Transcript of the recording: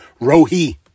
Rohi